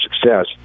success